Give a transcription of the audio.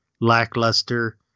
lackluster